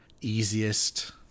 easiest